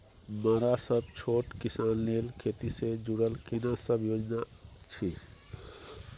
मरा सब छोट किसान लेल खेती से जुरल केना सब योजना अछि?